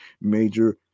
major